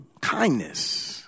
kindness